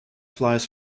flies